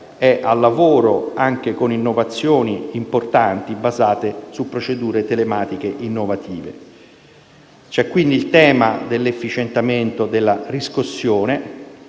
è al lavoro con innovazioni importanti basate su procedure telematiche innovative. C'è, quindi, il tema dell'efficientamento della riscossione.